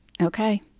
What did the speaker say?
Okay